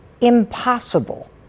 impossible